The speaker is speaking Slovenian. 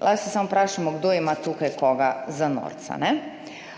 lahko se samo vprašamo, kdo ima tukaj koga za norca. V